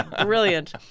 Brilliant